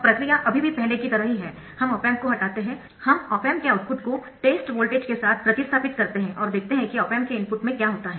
अब प्रक्रिया अभी भी पहले की तरह ही है हम ऑप एम्प को हटाते है हम ऑप एम्प के आउटपुट को टेस्ट वोल्टेज के साथ प्रतिस्थापित करते है और देखते है कि ऑप एम्प के इनपुट में क्या आता है